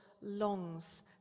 longs